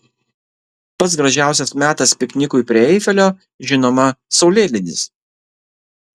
pats gražiausias metas piknikui prie eifelio žinoma saulėlydis